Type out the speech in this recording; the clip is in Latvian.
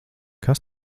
kas